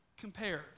compared